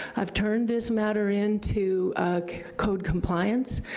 i've turned this matter in to code compliance.